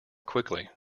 quickly